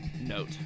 note